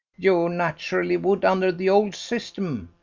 you naturally would under the old system,